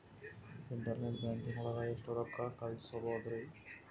Internet banking ಒಳಗೆ ಎಷ್ಟ್ ರೊಕ್ಕ ಕಲ್ಸ್ಬೋದ್ ರಿ?